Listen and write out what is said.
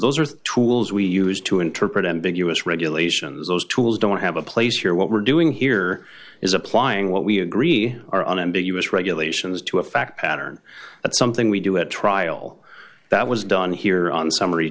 the tools we use to interpret ambiguous regulations those tools don't have a place here what we're doing here is applying what we agree are an end to us regulations to a fact pattern that's something we do at trial that was done here on summary